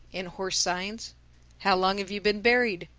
in horse-signs how long have you been buried?